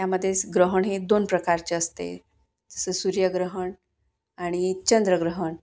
त्यामध्ये ग्रहण हे दोन प्रकारचे असते स सूर्यग्रहण आणि चंद्रग्रहण